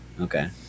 okay